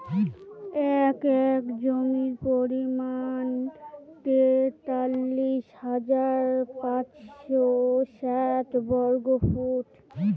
এক একর জমির পরিমাণ তেতাল্লিশ হাজার পাঁচশ ষাট বর্গফুট